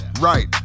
Right